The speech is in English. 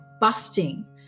busting